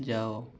ଯାଅ